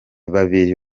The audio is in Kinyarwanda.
babiri